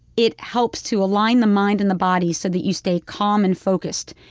it helps to align the mind and the body so that you stay calm and focused.